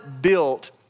built